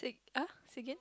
say uh say again